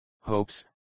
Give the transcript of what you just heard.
hopes